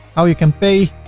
how you can pay.